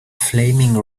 flaming